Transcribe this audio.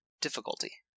difficulty